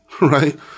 right